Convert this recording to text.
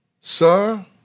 sir